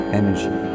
energy